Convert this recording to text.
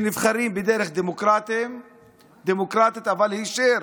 שנבחרים בדרך דמוקרטית אבל ישר